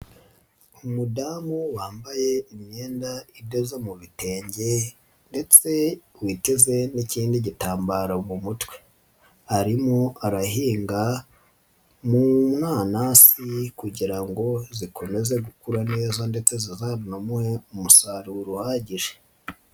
Umudamu wambaye imyenda igeze mu bitenge ndetse witeze n'ikindi gitambaro mu mutwe, arimo arahinga mu nanasi kugira ngo zikomeze gukura neza ndetse zizamuhe umusaruro uhagije.